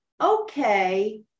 okay